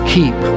Keep